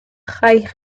high